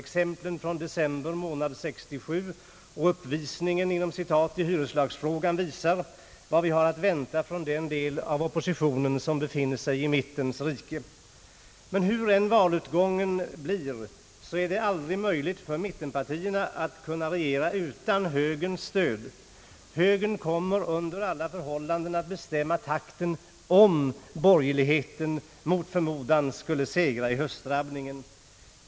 Exemplen från december månad 1967 med »uppvisningen» i hyreslagsfrågan visar vad vi har att vänta från den del av oppositionen som befinner sig i mittens rike. Men hur än valutgången blir, är det aldrig möjligt för mittenpartierna att regera utan högerns stöd. Högern kommer under alla förhållanden att bestämma takten om borgerligheten mot förmodan skulle segra i höstdrabbningen.